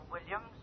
Williams